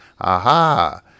aha